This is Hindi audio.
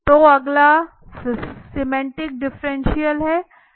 तो अगला सेमेंटिक डिफरेंशियलहै